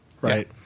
right